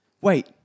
Wait